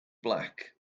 black